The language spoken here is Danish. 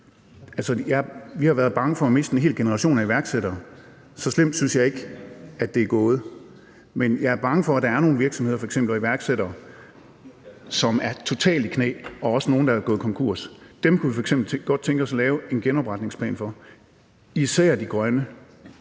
vi har været bange for at miste en hel generation af iværksættere. Så slemt synes jeg ikke det er gået, men jeg er bange for, at der er nogle virksomheder og iværksættere, som er totalt i knæ, og også nogle, der er gået konkurs. Dem kunne vi f.eks. godt tænke os at lave en genopretningsplan for – især de grønne.